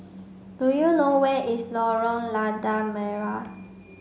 do you know where is Lorong Lada Merah